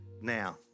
now